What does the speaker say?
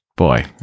Boy